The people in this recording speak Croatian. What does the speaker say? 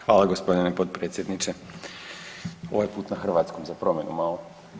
Hvala gospodine potpredsjedniče, ovaj put na hrvatskom za promjenu malo.